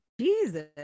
Jesus